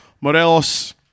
Morelos